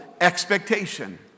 expectation